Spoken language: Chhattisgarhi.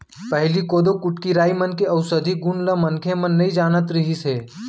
पहिली कोदो, कुटकी, राई मन के अउसधी गुन ल मनखे मन नइ जानत रिहिस हे